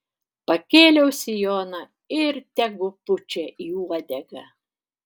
pakėliau sijoną ir tegu pučia į uodegą